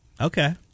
Okay